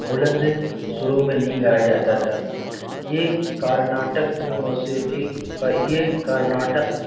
بلند شروع میں نہیں گایا جاتا تھا یہ کرناٹک میں موسیقی کا یہ کرناٹک